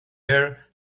air